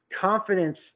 confidence